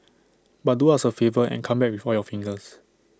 but do us A favour and come back with all your fingers